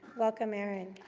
welcome, erin.